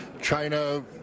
China